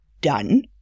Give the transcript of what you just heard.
done